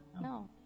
No